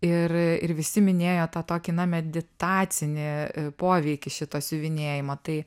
ir ir visi minėjo tą tokį na meditacinį poveikį šito siuvinėjimo tai